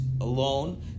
alone